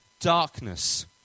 darkness